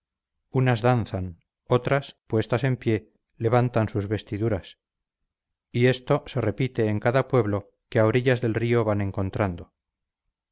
unas danzan otras puestas en pie levantan sus vestiduras y esto se repite en cada pueblo que a orillas del río van encontrando